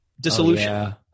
dissolution